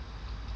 true